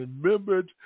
remembered